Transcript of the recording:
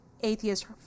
atheist